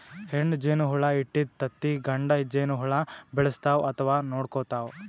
ಹೆಣ್ಣ್ ಜೇನಹುಳ ಇಟ್ಟಿದ್ದ್ ತತ್ತಿ ಗಂಡ ಜೇನಹುಳ ಬೆಳೆಸ್ತಾವ್ ಅಥವಾ ನೋಡ್ಕೊತಾವ್